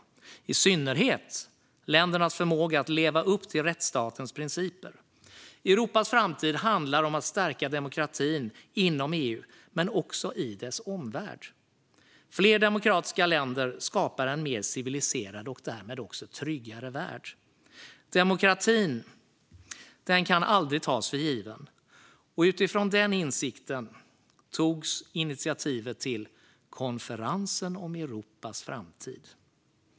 Det gäller i synnerhet ländernas förmåga att leva upp till rättsstatens principer. Europas framtid handlar om att stärka demokratin inom EU men också i dess omvärld. Fler demokratiska länder skapar en mer civiliserad och därmed tryggare värld. Demokratin kan aldrig tas för given, och utifrån den insikten togs initiativet till konferensen om Europas framtid.